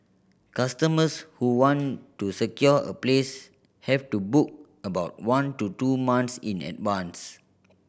customers who want to secure a place have to book about one to two months in advance